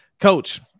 coach